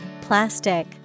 plastic